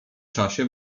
czasie